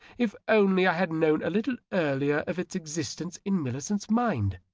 if only i had known a little earlier of its existence in millicent's mind?